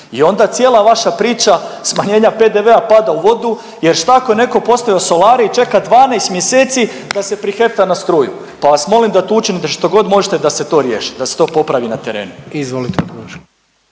i onda cijela vaša priča smanjenja PDV-a pada u vodu jer šta ako je netko postavio solare i čeka 12 mjeseci da se prihefta na struju pa vas molim da tu učinite što god možete da se to riješi, da se to popravi na terenu. **Jandroković,